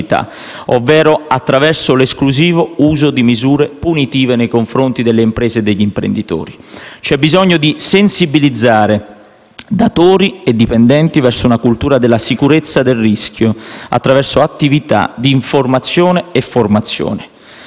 ovvero attraverso l'esclusivo uso di misure punitive nei confronti delle imprese e degli imprenditori. C'è bisogno di sensibilizzare datori e dipendenti verso una cultura della sicurezza del rischio, attraverso attività di informazione e formazione.